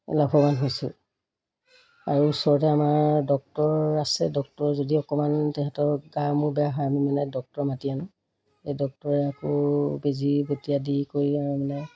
লাভৱান হৈছোঁ আৰু ওচৰতে আমাৰ ডক্টৰ আছে ডক্ট যদি অকণমান তাহাঁতৰ গা মূৰ বেয়া হয় আমি মানে ডক্টৰ মাতি আনো সেই ডক্টৰে আকৌ বেজি বতিয়া দি কৰি আৰু মানে